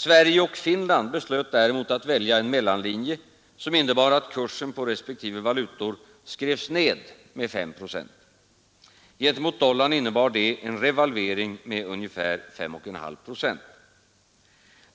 Sverige och Finland beslöt däremot att välja en mellanlinje, som innebar att kursen på respektive valutor skrevs ned med 5 procent. Gentemot dollarn innebar detta en revalvering med ca 5,5 procent.